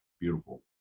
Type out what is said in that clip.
Beautiful